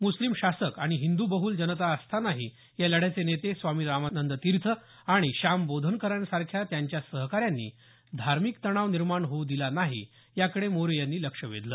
मुस्लिम शासक आणि हिंदुबहुल जनता असतानाही या लढ्याचे नेते स्वामी रामानंद तीर्थ आणि श्याम बोधनकरांसारख्या त्यांच्या सहकाऱ्यांनी धार्मिक तणाव निर्माण होऊ दिला नाही याकडे मोरे यांनी लक्ष वेधलं